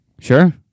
Sure